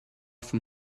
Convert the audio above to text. from